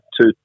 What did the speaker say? two